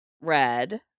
red